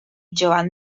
joan